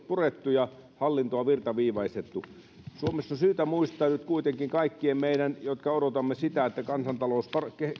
purettu ja hallintoa virtaviivaistettu suomessa on syytä muistaa nyt kuitenkin kaikkien meidän jotka odotamme että kansantalous